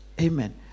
amen